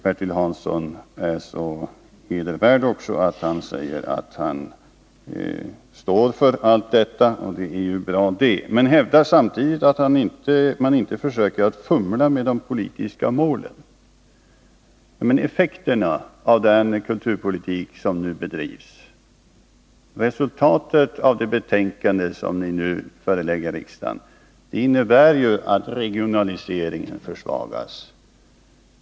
Bertil Hansson är också så hedervärd att han säger sig stå bakom allt vad utskottsmajoriteten skriver, och det är ju bra. Samtidigt hävdar han att man inte försöker fumla med de politiska målen. Men effekterna av den kulturpolitik som nu bedrivs och resultatet av det betänkande som ni nu förelägger riksdagen innebär ju att regionaliseringen försvagas.